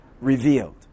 revealed